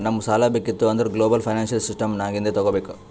ನಮುಗ್ ಸಾಲಾ ಬೇಕಿತ್ತು ಅಂದುರ್ ಗ್ಲೋಬಲ್ ಫೈನಾನ್ಸಿಯಲ್ ಸಿಸ್ಟಮ್ ನಾಗಿಂದೆ ತಗೋಬೇಕ್